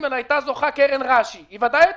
יש לה דעה אחרת,